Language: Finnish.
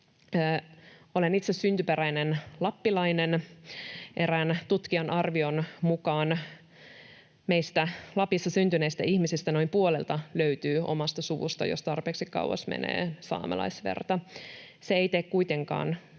Olen itse syntyperäinen lappilainen. Erään tutkijan arvion mukaan meistä Lapissa syntyneistä ihmisistä noin puolelta löytyy omasta suvusta, jos tarpeeksi kauas menee, saamelaisverta. Se ei tee kuitenkaan